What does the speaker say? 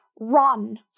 run